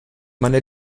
meine